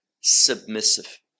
submissive